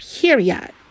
period